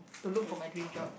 to look for my dream job